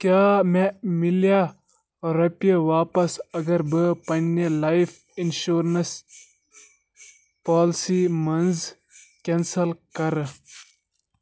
کیٛاہ مےٚ مِلیہ رۄپیہِ واپس اگر بہٕ پنٕنہ لایِف اِنشورنَس پالسی منٛز کینسل کَرٕ